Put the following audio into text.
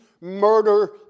murder